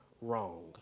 wrong